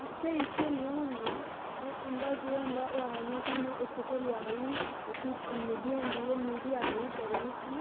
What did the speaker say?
स्हेई स्हेलियां होंदियां ते उं'दा केह् होंदा ओह् आखदियां कि मैं इक स्हेली आखदी इक निधि होंदी ते निधि आखदी परी कि